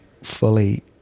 fully